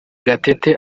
gatete